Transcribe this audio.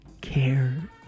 care